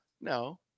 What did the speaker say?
No